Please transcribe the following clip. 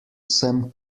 sem